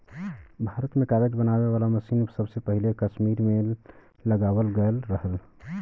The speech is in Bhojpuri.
भारत में कागज बनावे वाला मसीन सबसे पहिले कसमीर में लगावल गयल रहल